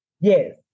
Yes